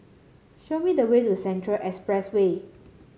show me the way to Central Expressway